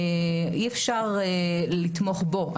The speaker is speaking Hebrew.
אי אפשר לתמוך בו,